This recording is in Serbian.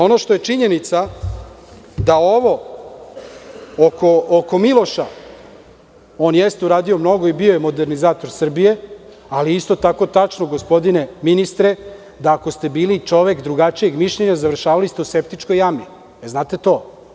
Ono što je činjenica da ovo oko Miloša, on jeste uradio mnogo i bio je modernizator Srbije, ali je isto tako tačno, gospodine ministre, da ako ste bili čovek drugačijeg mišljenja, završavali ste u septičkoj jami, da li znate to?